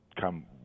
come